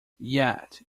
yet